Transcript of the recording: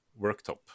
worktop